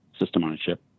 system-on-a-chip